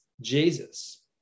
Jesus